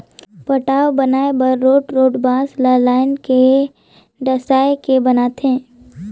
पटांव बनाए बर रोंठ रोंठ बांस ल लाइन में डसाए के बनाथे